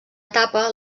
etapa